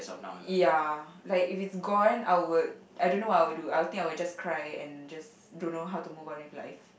ya like if it is gone I would I don't know what I would do I think I would just cry and just don't know how to move on with life